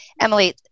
Emily